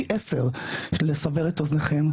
T10 בשביל לסבר את אוזנכם,